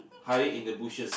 hiding in the bushes